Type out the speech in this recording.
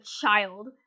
child